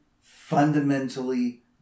fundamentally